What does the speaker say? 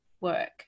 work